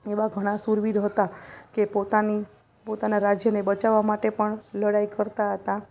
એવા ઘણાં શૂરવીરો હતાં કે પોતાની પોતાના રાજ્યને બચાવા માટે પણ લડાઈ કરતા હતા